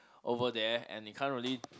over there and it can't really